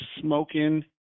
smoking